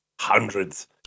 hundreds